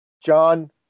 John